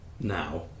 now